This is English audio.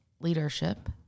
leadership